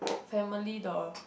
family the